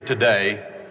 today